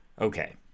Okay